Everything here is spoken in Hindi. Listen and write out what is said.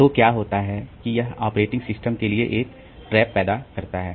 तो क्या होता है कि यह ऑपरेटिंग सिस्टम के लिए एक ट्रैप पैदा करता है